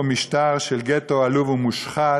יש פה משטר של גטו עלוב ומושחת,